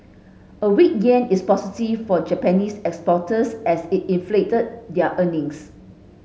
a weak yen is positive for Japanese exporters as it inflate their earnings